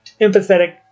empathetic